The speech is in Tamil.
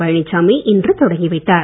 பழனிசாமி இன்று தொடக்கி வைத்தார்